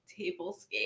tablescape